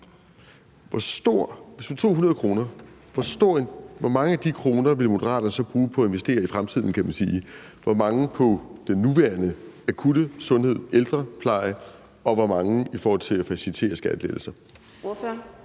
hvor mange af de kroner ville Moderaterne så bruge på at investere i fremtiden? Hvor mange ville man bruge på det nuværende akutte i forhold til sundhed og ældrepleje og hvor mange af dem på at facilitere skattelettelser?